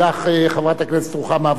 חברת הכנסת רוחמה אברהם,